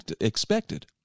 expected